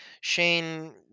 Shane